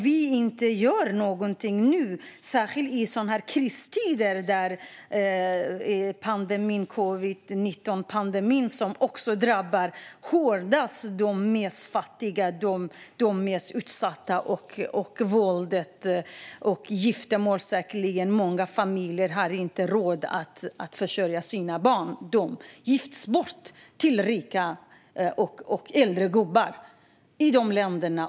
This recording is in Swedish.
Vi måste göra någonting, särskilt i kristider då covid-19-pandemin hårdast drabbar de fattigaste och mest utsatta. Våldet ökar, och många föräldrar har inte råd att försörja sina barn, så barnen gifts bort till rika och äldre gubbar i de länderna.